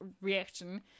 reaction